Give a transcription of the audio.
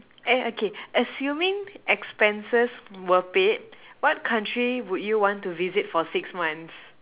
hmm oh okay assuming expenses were paid what country would you want to visit for six months